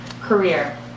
career